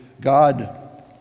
God